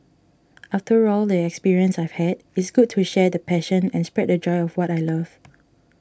after all the experiences I've had it's good to share the passion and spread the joy of what I love